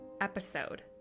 episode